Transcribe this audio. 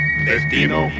destino